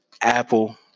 Apple